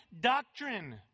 doctrine